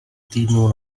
týdnů